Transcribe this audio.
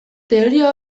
teoria